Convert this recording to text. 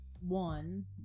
One